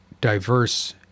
diverse